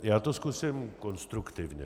Já to zkusím konstruktivně.